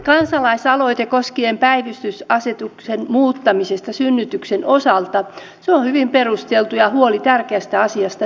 kansalaisaloite koskien päivystysasetuksen muuttamista synnytysten osalta on hyvin perusteltu ja huoli tärkeästä asiasta ymmärrettävä